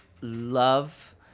love